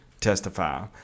testify